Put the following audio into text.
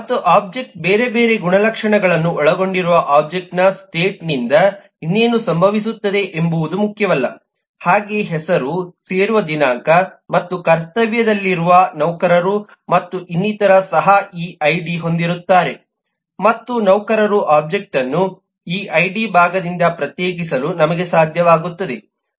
ಮತ್ತು ಒಬ್ಜೆಕ್ಟ್ ಬೇರೆ ಬೇರೆ ಗುಣಲಕ್ಷಣಗಳನ್ನು ಒಳಗೊಂಡಿರುವ ಒಬ್ಜೆಕ್ಟ್ನ ಸ್ಟೇಟ್ನಿಂದ ಇನ್ನೇನು ಸಂಭವಿಸುತ್ತದೆ ಎಂಬುದು ಮುಖ್ಯವಲ್ಲ ಹಾಗೆ ಹೆಸರು ಸೇರುವ ದಿನಾಂಕ ಮತ್ತು ಕರ್ತವ್ಯದಲ್ಲಿರುವ ನೌಕರರು ಮತ್ತು ಇನ್ನಿತರರು ಸಹ ಈಐಡಿ ಹೊಂದಿರುತ್ತಾರೆ ಮತ್ತು ನೌಕರರ ಒಬ್ಜೆಕ್ಟ್ವನ್ನು ಈಐಡಿ ಭಾಗದಿಂದ ಪ್ರತ್ಯೇಕಿಸಲು ನಮಗೆ ಸಾಧ್ಯವಾಗುತ್ತದೆ